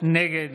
נגד